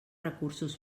recursos